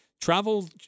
travel